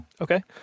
Okay